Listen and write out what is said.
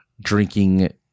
drinking